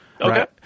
Okay